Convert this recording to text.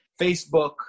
Facebook